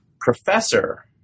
professor